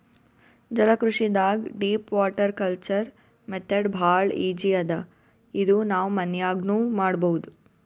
ಜಲಕೃಷಿದಾಗ್ deep water culture method ಭಾಳ್ easy ಅದಾ ಇದು ನಾವ್ ಮನ್ಯಾಗ್ನೂ ಮಾಡಬಹುದ್